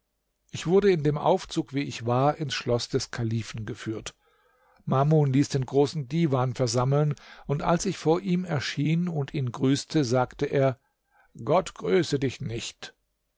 ich wurde in dem aufzug wie ich war ins schloß des kalifen geführt mamun ließ den großen divan versammeln und als ich vor ihm erschien und ihn grüßte sagte er gott grüße dich nicht